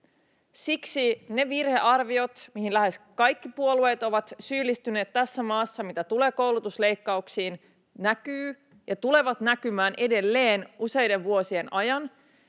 Siksi ne virhearviot, mihin lähes kaikki puolueet ovat syyllistyneet tässä maassa, mitä tulee koulutusleikkauksiin, näkyvät ja tulevat näkymään edelleen useiden vuosien ajan,